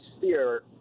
fear